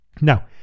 Now